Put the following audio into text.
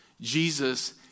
Jesus